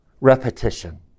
repetition